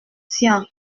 tian